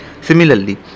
Similarly